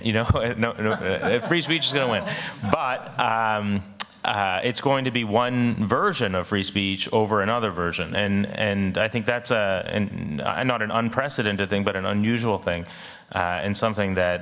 you know free speech is gonna win but it's going to be one version of free speech over another version and and i think that's a and i'm not an unprecedented thing but an unusual thing and something that